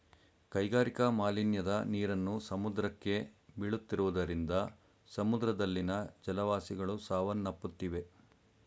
ಕೈಗಾರಿಕಾ ಮಾಲಿನ್ಯದ ನೀರನ್ನು ಸಮುದ್ರಕ್ಕೆ ಬೀಳುತ್ತಿರುವುದರಿಂದ ಸಮುದ್ರದಲ್ಲಿನ ಜಲವಾಸಿಗಳು ಸಾವನ್ನಪ್ಪುತ್ತಿವೆ